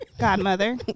godmother